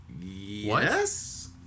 Yes